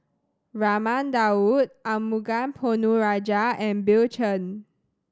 Raman Daud Arumugam Ponnu Rajah and Bill Chen